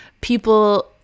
people